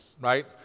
right